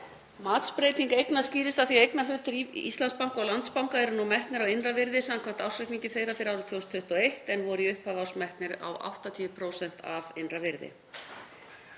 Matsbreyting eigna skýrist af því að eignarhlutir í Íslandsbanka og Landsbanka eru nú metnir á innra virði samkvæmt ársreikningi þeirra fyrir árið 2021 en voru í upphafi árs metnir á 80% af innra virði.